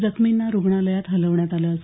जखमींना रुग्णालयात हलवण्यात आलं आहे